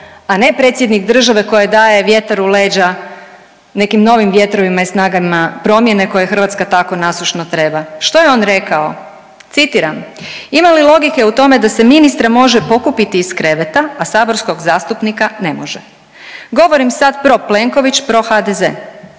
a ne predsjednik države koji daje vjetar u leđa nekim novim vjetrovima i snagama promjene koje Hrvatska tako nasušno treba. Što je on rekao? Citiram. Ima li logike u tome se ministra može pokupiti iz kreveta, a saborskog zastupnika ne može. Govorim sad pro Plenković, pro HDZ.